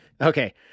Okay